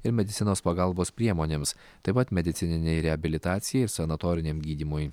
ir medicinos pagalbos priemonėms taip pat medicininei reabilitacijai ir sanatoriniam gydymui